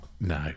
No